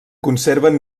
conserven